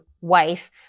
wife